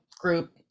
group